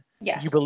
Yes